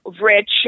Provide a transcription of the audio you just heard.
rich